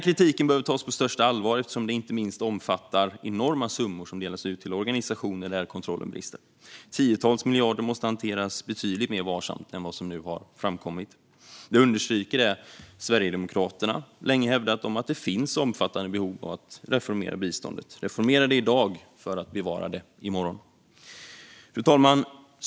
Kritiken behöver tas på största allvar, inte minst eftersom den omfattar de enorma summor som delas ut till organisationer där kontrollen brister. Det är tiotals miljarder som måste hanteras betydligt mer varsamt än vad som nu har framkommit. Detta understryker det som Sverigedemokraterna länge har hävdat om att det finns omfattande behov av att reformera biståndet. Reformera det i dag för att bevara det i morgon! Fru talman!